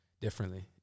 differently